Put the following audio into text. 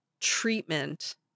treatment